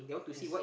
yes